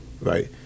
Right